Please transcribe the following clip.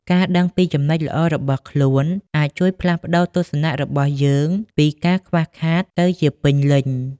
ការដឹងពីចំណុចល្អរបស់ខ្លួនអាចជួយផ្លាស់ប្តូរទស្សនៈរបស់យើងពីការខ្វះខាតទៅជាពេញលេញ។